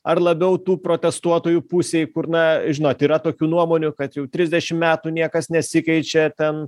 ar labiau tų protestuotojų pusėj kur na žinot yra tokių nuomonių kad jau trisdešim metų niekas nesikeičia ten